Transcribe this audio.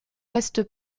reste